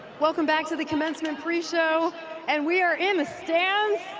welcome back to the commencement pre-show and we are in the stands.